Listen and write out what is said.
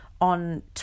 on